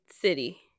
city